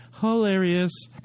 hilarious